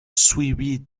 suivie